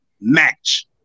match